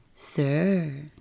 Sir